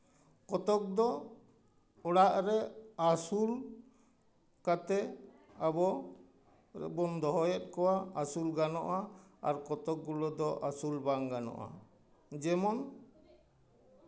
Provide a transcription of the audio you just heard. ᱠᱚᱛᱚᱠ ᱫᱚ ᱚᱲᱟᱜ ᱨᱮ ᱟᱹᱥᱩᱞ ᱠᱟᱛᱮᱜ ᱟᱵᱚ ᱵᱚᱱ ᱫᱚᱦᱚᱭᱮᱫ ᱠᱚᱣᱟ ᱟᱹᱥᱩᱞ ᱜᱟᱱᱚᱜᱼᱟ ᱟᱨ ᱠᱚᱛᱚᱠ ᱜᱩᱞᱳ ᱫᱚ ᱟᱹᱥᱩᱞ ᱵᱟᱝ ᱜᱟᱱᱚᱜᱼᱟ ᱡᱮᱢᱚᱱ